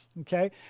Okay